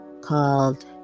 called